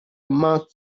mouth